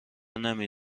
نمی